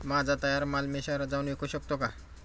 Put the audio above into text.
माझा तयार माल मी शहरात जाऊन विकू शकतो का?